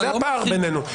זה הפער בינינו.